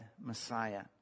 Messiah